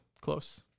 Close